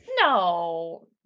No